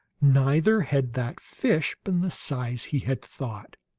neither had that fish been the size he had thought.